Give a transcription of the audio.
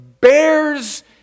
bears